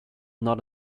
not